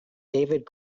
david